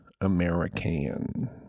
American